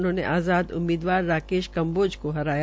उन्होंने आज़ाद उम्मीदवार राकेश कम्बोज को हराया